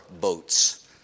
boats